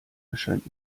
erscheint